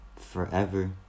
forever